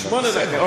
שמונה דקות.